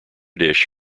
dish